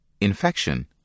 Infection